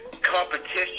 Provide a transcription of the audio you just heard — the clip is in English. competition